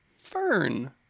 fern